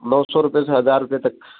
नौ सौ रुपये से हज़ार रुपये तक